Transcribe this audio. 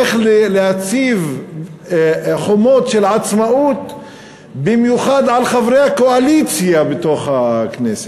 איך להציב חומות של עצמאות במיוחד על חברי הקואליציה בכנסת,